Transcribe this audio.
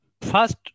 First